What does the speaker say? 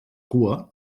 cua